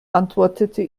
antwortete